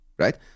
right